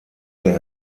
der